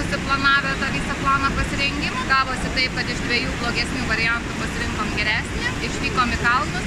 susiplanavę tą visą planą pasirengimo gavosi taip kad iš dviejų blogesnių variantų pasirinkom geresnį išvykom į kalnus